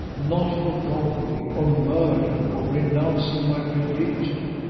not for robbery or murder, or renouncing my religion,